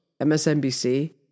MSNBC